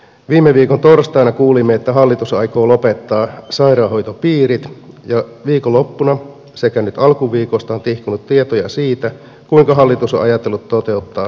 viime viikon torstaina kuulimme että hallitus aikoo lopettaa sairaanhoitopiirit ja viikonloppuna sekä nyt alkuviikosta on tihkunut tietoja siitä kuinka hallitus on ajatellut toteuttaa terveydenhuoltopalvelut maassamme